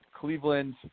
Cleveland